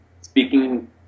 speaking